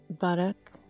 buttock